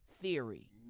theory